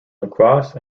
lacrosse